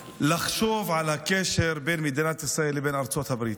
לחשוב על הקשר בין מדינת ישראל לבין ארצות הברית.